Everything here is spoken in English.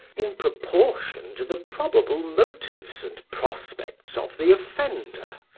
in proportion to the probable motives and prospects of the offender,